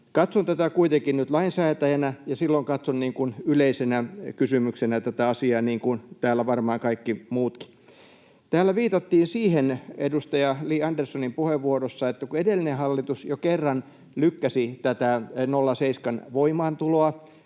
Katson tätä kuitenkin nyt lainsäätäjänä, ja silloin katson yleisenä kysymyksenä tätä asiaa, niin kuin täällä varmaan kaikki muutkin. Täällä viitattiin edustaja Li Anderssonin puheenvuorossa siihen, että edellinen hallitus jo kerran lykkäsi tätä 0,7:n voimaantuloa.